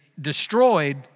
destroyed